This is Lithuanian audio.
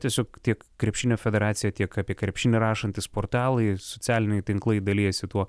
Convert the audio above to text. tiesiog tiek krepšinio federacija tiek apie krepšinį rašantys portalai socialiniai tinklai dalijasi tuo